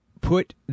put